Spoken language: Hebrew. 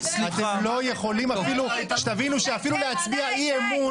לא יכולים אפילו שתבינו שאפילו להצביע אי אמון,